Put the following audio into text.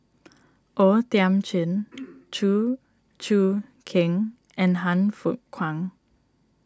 O Thiam Chin Chew Choo Keng and Han Fook Kwang